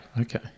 okay